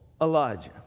Elijah